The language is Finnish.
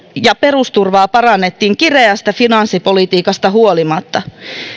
ja perusturvaa parannettiin kireästä finanssipolitiikasta huolimatta